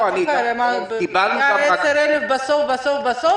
היה 10,000 בסוף בסוף,